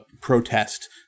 protest